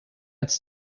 it’s